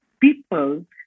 people